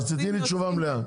אז תני לי תשובה מלאה.